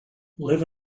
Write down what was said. live